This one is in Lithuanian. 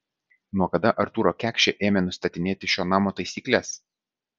nuo kada artūro kekšė ėmė nustatinėti šio namo taisykles